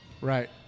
Right